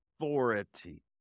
authority